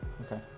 Okay